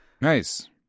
Nice